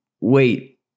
Wait